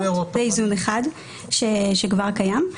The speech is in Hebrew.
זה איזון אחד שכבר קיים.